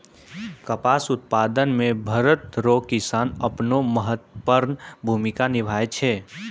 कपास उप्तादन मे भरत रो किसान अपनो महत्वपर्ण भूमिका निभाय छै